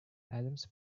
adams